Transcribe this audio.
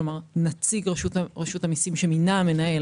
כלומר נציג רשות המסים שמינה המנהל.